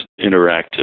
interactive